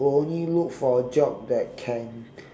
only look for job that can